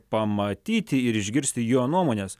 pamatyti ir išgirsti jo nuomones